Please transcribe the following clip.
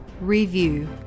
Review